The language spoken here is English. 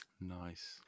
Nice